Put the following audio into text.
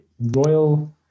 Royal